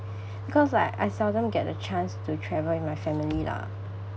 because like I seldom get the chance to travel with my family lah